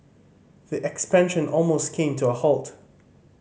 the expansion almost came to a halt